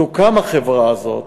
תוקם החברה הזאת